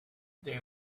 they